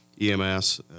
EMS